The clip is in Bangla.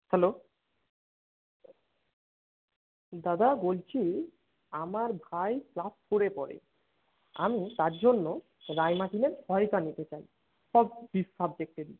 হ্যালো দাদা বলছি আমার ভাই ক্লাস ফোরে পড়ে আমি তার জন্য রায় মার্টিনের সহায়িকা নিতে চাই সব পিশ সাবজেক্টেরই